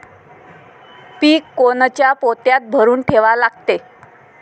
पीक कोनच्या पोत्यात भरून ठेवा लागते?